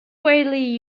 widely